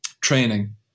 training